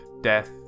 death